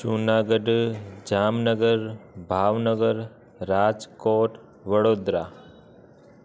Junagadh Jamnagar Bhavnagar Rajkot Vadodara